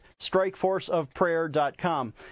strikeforceofprayer.com